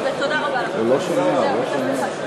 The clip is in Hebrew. הוא לא שומע, הוא לא שומע.